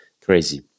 crazy